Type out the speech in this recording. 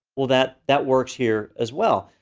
well, that that works here as well.